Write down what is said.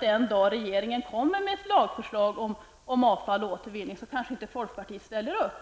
Den dag regeringen kommer med ett lagförslag om avfall och återvinning, kanske inte folkpartiet ställer upp.